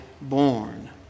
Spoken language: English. born